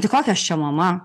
tai kokia aš čia mama